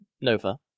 Nova